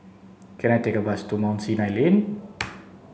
can I take a bus to Mount Sinai Lane